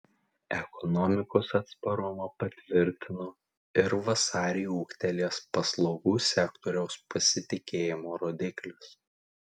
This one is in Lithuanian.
ekonomikos atsparumą patvirtino ir vasarį ūgtelėjęs paslaugų sektoriaus pasitikėjimo rodiklis